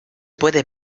puede